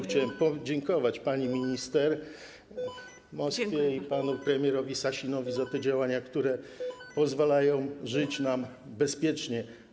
Chciałem podziękować pani minister Moskwie i panu premierowi Sasinowi za te działania, które pozwalają nam żyć bezpiecznie.